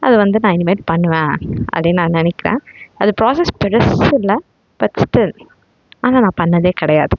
அது வந்து நான் இனிமேட்டு பண்ணுவேன் அப்படின்னு நான் நினைக்கிறேன் அது ப்ராஸஸ் பெருசு இல்லை பட் ஸ்டில் ஆனால் நான் பண்ணதே கிடையாது